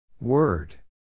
Word